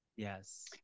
Yes